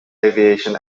aviation